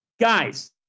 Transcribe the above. guys